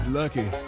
lucky